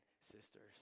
sisters